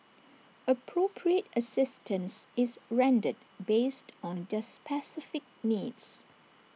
appropriate assistance is rendered based on their specific needs